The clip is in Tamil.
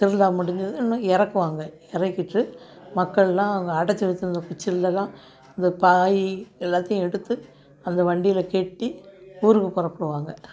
திருவிழா முடிஞ்சுதுனு இறக்குவாங்க இறக்கிட்டு மக்கள்லாம் அவங்க அடைச்சி வச்சுருந்த குச்சிலலாம் இந்த பாய் எல்லாத்தேயும் எடுத்து அந்த வண்டியில் கட்டி ஊருக்குப் புறப்புடுவாங்க